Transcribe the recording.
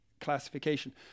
classification